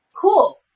cool